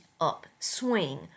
upswing